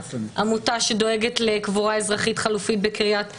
היא עמותה שדואגת לקבורה אזרחית חלופית בקריית טבעון.